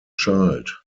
child